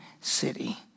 city